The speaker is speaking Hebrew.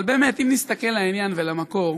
אבל באמת, אם נסתכל על העניין ולמקור,